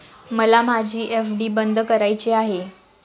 मला माझी एफ.डी बंद करायची आहे